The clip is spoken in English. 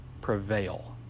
prevail